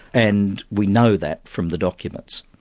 and we know that from the documents.